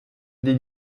des